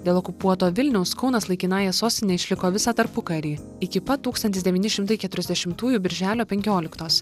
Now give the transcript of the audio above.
dėl okupuoto vilniaus kaunas laikinąja sostine išliko visą tarpukarį iki pat tūkstantis devyni šimtai keturiasdešimtųjų birželio penkioliktos